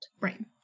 Right